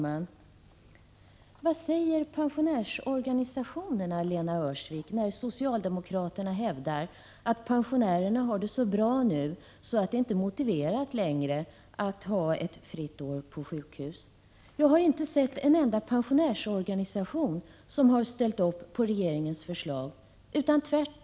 Herr talman! Vad säger pensionärsorganisationerna, Lena Öhrsvik, när socialdemokraterna hävdar att pensionärerna har det så bra att det inte längre är motiverat med ett fritt år på sjukhus? Jag har inte sett att en enda pensionärsorganisation ställer upp på regeringens förslag. Tvärtom har man — Prot.